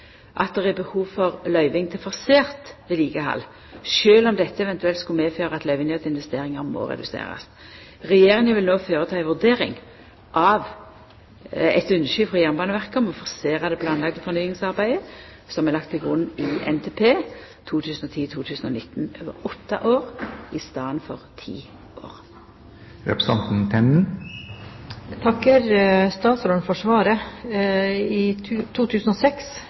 at det er behov for løyving til forsert vedlikehald, sjølv om dette eventuelt skulle medføra at løyvingane til investeringar må reduserast. Regjeringa vil no foreta ei vurdering av eit ynske frå Jernbaneverket om å forsera det planlagde fornyingsarbeidet som er lagt til grunn i NTP 2010–2019, over åtte år, i staden for ti år. Jeg takker statsråden for svaret. I 2006